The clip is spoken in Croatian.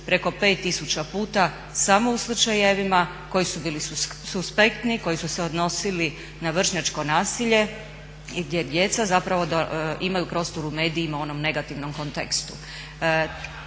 preko 5000 puta samo u slučajevima koji su bili suspektni, koji su se odnosili na vršnjačko nasilje i gdje djeca zapravo imaju prostor u medijima u onom negativnom kontekstu.